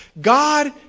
God